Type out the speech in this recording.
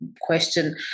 question